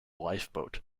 lifeboat